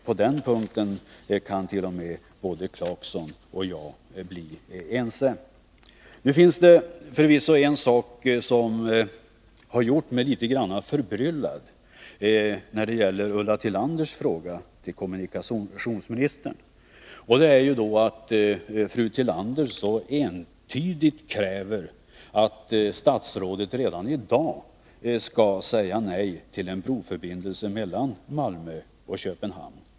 På den punkten kan nog herr Clarkson och jag bli ense. Nu finns det förvisso en sak som har gjort mig litet förbryllad när det gäller Ulla Tillanders fråga till kommunikationsministern, och det är att fru Tillander kräver att statsrådet redan i dag skall säga entydigt nej till en broförbindelse mellan Malmö och Köpenhamn.